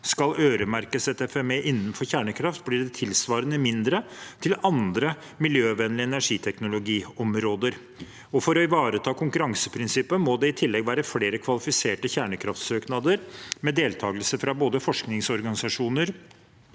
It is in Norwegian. skal øremerkes et FME innenfor kjernekraft, blir det tilsvarende mindre til andre miljøvennlige energiteknologiområder. For å ivareta konkurranseprinsippet må det i tillegg være flere kvalifiserte kjernekraftsøknader med deltakelse fra både forskningsorganisasjoner,